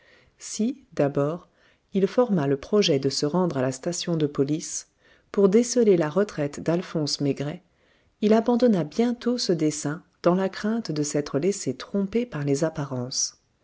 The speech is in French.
si d'abord il forma le projet de se rendre à la station de police pour déceler la retraite d'alphonse maigret il abandonna bientôt ce dessein dans la crainte de s'être laissé tromper par les apparences